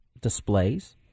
displays